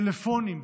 טלפונים,